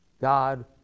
God